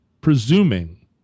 presuming